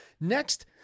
Next